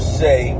say